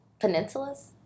peninsulas